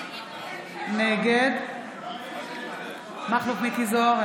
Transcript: נגד מכלוף מיקי זוהר,